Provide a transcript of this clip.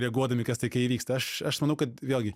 reaguodami kas tai kai įvyksta aš aš manau kad vėlgi